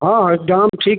हाँ हाँ दाम ठीक